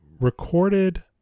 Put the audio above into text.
Recorded